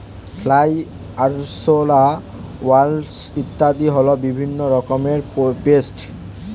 fly, আরশোলা, wasp ইত্যাদি হল বিভিন্ন রকমের পেস্ট